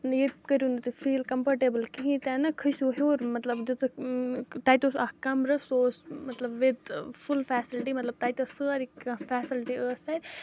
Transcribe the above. نہٕ ییٚتہِ کٔرِو نہٕ تُہۍ فیٖل کَمفٲٹیبٕل کِہیٖنۍ تہِ نہٕ کھٔسِو ہیوٚر مطلب دِژٕکھ تَتہِ اوس اَکھ کَمرٕ سُہ اوس مطلب وِد فُل فٮ۪سَلٹی مطلب تَتہِ ٲس سٲرٕے کانٛہہ فٮ۪سَلٹی ٲس تَتہِ